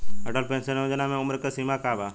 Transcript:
Atal pension Yojana मे उम्र सीमा का बा?